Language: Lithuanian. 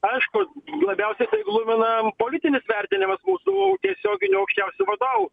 aišku labiausiai glumina politinis vertinimas mūsų tiesioginių aukščiausių vadovų